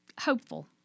hopeful